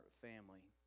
family